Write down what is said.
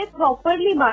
properly